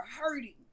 hurting